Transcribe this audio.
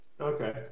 Okay